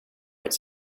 its